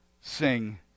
sing